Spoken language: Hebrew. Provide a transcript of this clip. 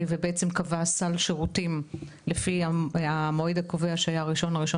החוק קבע סל שירותים לפי המועד הקובע ב-1 לינואר